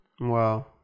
Wow